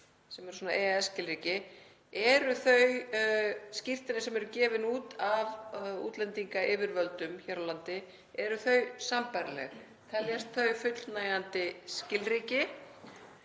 sem eru svona EES-skilríki. Eru þau skírteini sem eru gefin út af útlendingayfirvöldum hér á landi sambærileg? Teljast þau fullnægjandi skilríki?